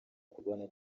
kurwana